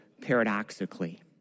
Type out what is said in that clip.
paradoxically